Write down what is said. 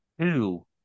two